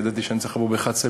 ידעתי שאני צריך לבוא ב-11:20,